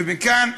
וכאן,